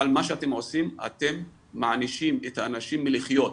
אבל מה שאתם עושים אתם מענישים את האנשים מלחיות,